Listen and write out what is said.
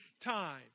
time